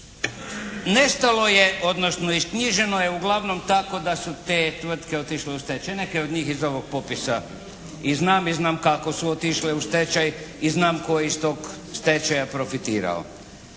Nestalo je odnosno isknjiženo je uglavnom tako da su te tvrtke otišle u stečaj. Neke od njih iz ovog popisa i znam i znam kako su otišle u stečaj i tko je iz tog stečaja profitirao.